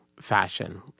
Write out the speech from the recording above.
fashion